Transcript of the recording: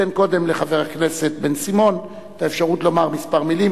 אתן קודם לחבר הכנסת בן-סימון את האפשרות לומר כמה מלים,